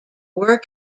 were